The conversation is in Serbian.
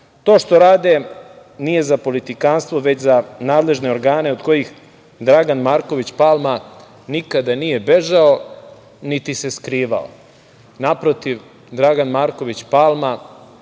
To što rade nije za politikanstvo, već za nadležne organe od kojih Dragan Marković Palma, nikada nije bežao, niti se skrivao. Naprotiv, Dragan Marković Palma